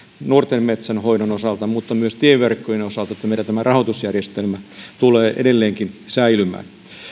nuorten metsien hoidon osalta mutta myös tieverkkojen osalta tämä meidän rahoitusjärjestelmämme tulee edelleenkin säilymään